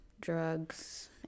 drugs